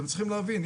אתם צריכים להבין,